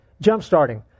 Jump-starting